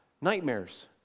nightmares